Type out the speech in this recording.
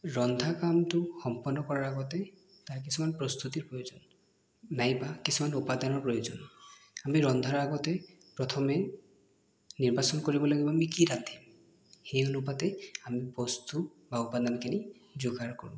ৰন্ধা কামটো সম্পন্ন কৰাৰ আগতে তাৰ কিছুমান প্ৰস্তুতিৰ প্ৰয়োজন নাইবা কিছুমান উপাদানৰ প্ৰয়োজন আমি ৰন্ধাৰ আগতে প্ৰথমে নিৰ্বাচন কৰিব লাগিব আমি কি ৰান্ধিম সেই অনুপাতে আমি বস্তু বা উপাদানখিনি যোগাৰ কৰোঁ